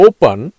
Open